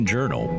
Journal